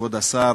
כבוד השר,